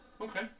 Okay